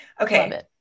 Okay